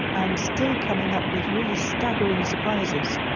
and still coming up with really staggering surprises.